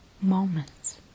moments